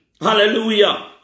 Hallelujah